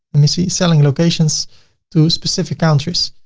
let me see, selling locations to specific countries,